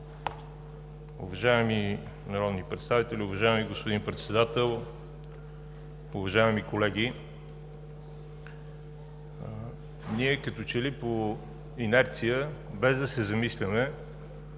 Уважаеми народни представители, уважаеми господин Председател, уважаеми колеги! Ние като че ли по инерция, без да се замисляме,